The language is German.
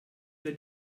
wir